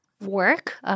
work